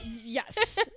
Yes